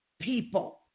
people